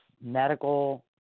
medical